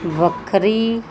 ਵੱਖਰੀ